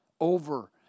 over